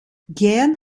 gern